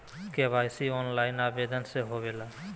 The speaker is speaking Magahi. के.वाई.सी ऑनलाइन आवेदन से होवे ला?